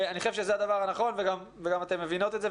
אני חשוב שזה הדבר הנכון וגם אתם מבינים את זה.